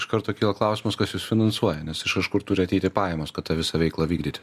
iš karto kyla klausimas kas jus finansuoja nes iš kažkur turi ateiti pajamos kad tą visą veiklą vykdyti